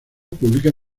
publica